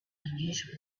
unusual